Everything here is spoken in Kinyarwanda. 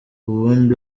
uwundi